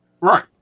Right